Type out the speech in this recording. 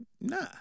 Nah